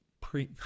Pre